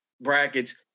brackets